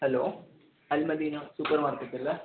hello Al Madina super മാർക്കറ്റല്ലേ